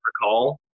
recall